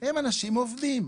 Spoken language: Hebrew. הם אנשים עובדים.